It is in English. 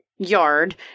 Yard